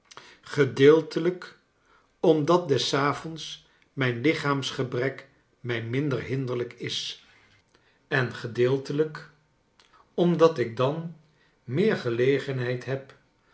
gedeeltelijk omdat des avonds mijn lichaamsgebrek mij minder hinderlijk is en gedeeltelijk omdat ik dan meer gelegenheid heb